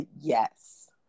yes